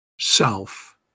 self